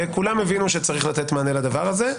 כולם הבינו שצריך לתת מענה לדבר הזה,